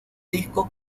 disco